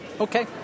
Okay